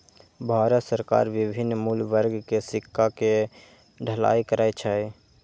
भारत सरकार विभिन्न मूल्य वर्ग के सिक्का के ढलाइ करै छै